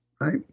right